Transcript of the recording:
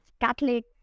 Catholic